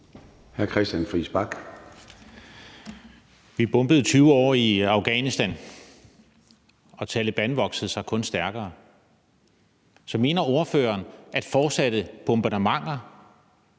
Vi bombede i 20 år i Afghanistan, og Taleban voksede sig kun stærkere. Så mener ordføreren, at fortsatte bombardementer